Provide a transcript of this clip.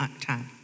time